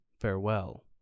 farewell